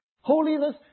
Holiness